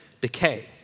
decay